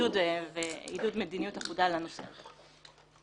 בעידוד מדיניות אחודה בנושא הזה.